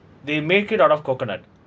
they make it out of coconut